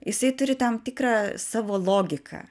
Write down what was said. jisai turi tam tikrą savo logiką